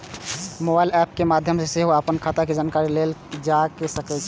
mobile app के माध्य सं सेहो अपन खाता के जानकारी लेल जा सकैए